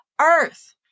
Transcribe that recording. earth